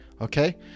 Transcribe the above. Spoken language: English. okay